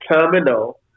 terminal